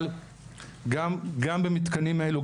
אבל גם במתקנים האלו,